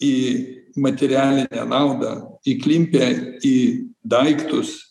į materialinę naudą įklimpę į daiktus